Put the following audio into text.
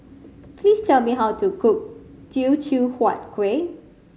please tell me how to cook Teochew Huat Kuih